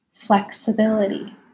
flexibility